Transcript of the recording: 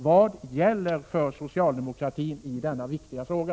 Vad gäller för socialdemokratin i denna viktiga fråga?